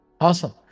awesome